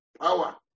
power